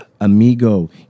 amigo